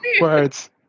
words